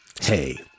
Hey